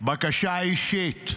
בקשה אישית,